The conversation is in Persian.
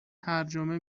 ترجمه